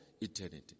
eternity